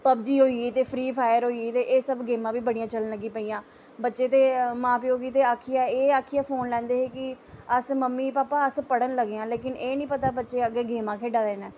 PUBG होई गेई ते फ्री फायर होई गेई ते एह् सब गेमां बी बड़ियां चलन लगी पेइयां बच्चे ते मां प्यो गी ते आक्खियै एह् आक्खियै फोन लैंदे हे कि अस मम्मी पापा अस पढ़न लगे आं लेकिन एह् निं पता बच्चें अग्गें गेमां खेढा दे न